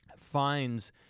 finds